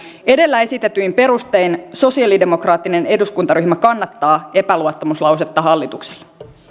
edellä esitetyin perustein sosiaalidemokraattinen eduskuntaryhmä kannattaa epäluottamuslausetta hallitukselle